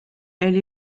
elle